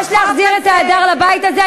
יש להחזיר את ההדר לבית הזה.